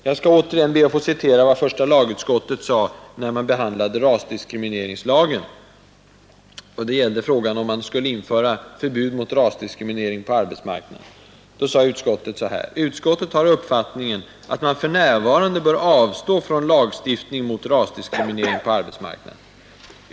Jag skall be att återigen få citera vad första lagutskottet sade vid behandlingen av' frågan om förbud mot rasdiskrimineringen på arbetsmarknaden: ”Utskottet har uppfattningen att man för närvarande bör avstå från lagstiftning mot rasdiskriminering på arbetsmarknaden.